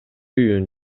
үйүн